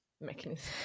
mechanism